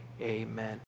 amen